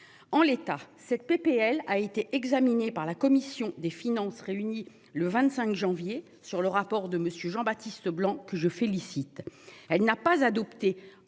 En l'état cette PPL a été examiné par la commission des finances. Réuni le 25 janvier sur le rapport de monsieur Jean Baptiste blanc que je félicite, elle n'a pas adopté.